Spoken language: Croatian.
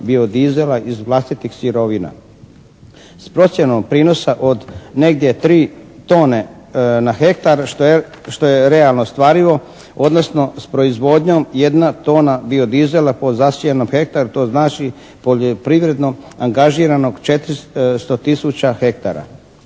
bio-diesela iz vlastitih sirovina s procjenom prinosa od negdje 3 tone na hektar što je realno ostvarivo, odnosno s proizvodnjom jedna tona bio-diesela po zasijanom hektaru to znači poljoprivredno angažiranog 400 tisuća hektara.